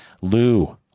Lou